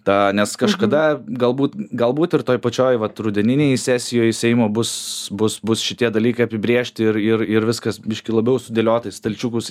ta nes kažkada galbūt galbūt ir toj pačioj vat rudeninėj sesijoj seimo bus bus bus šitie dalykai apibrėžti ir ir ir viskas biškį labiau sudėliota į stalčiukus